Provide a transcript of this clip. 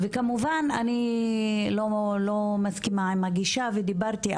וכמובן אני לא מסכימה עם הגישה ודיברתי,